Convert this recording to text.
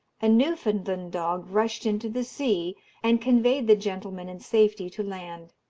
a newfoundland dog rushed into the sea and conveyed the gentleman in safety to land.